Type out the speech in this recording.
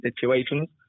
situations